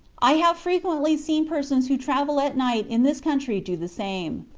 i have frequently seen persons who travel at night in this country do the same.